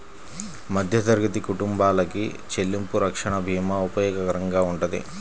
మధ్యతరగతి కుటుంబాలకి చెల్లింపు రక్షణ భీమా ఉపయోగకరంగా వుంటది